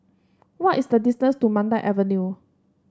what is the distance to Mandai Avenue